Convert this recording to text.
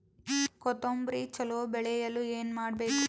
ಕೊತೊಂಬ್ರಿ ಚಲೋ ಬೆಳೆಯಲು ಏನ್ ಮಾಡ್ಬೇಕು?